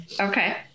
Okay